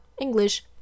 english